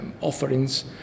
offerings